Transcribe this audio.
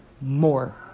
more